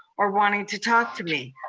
or wanting to talk to me.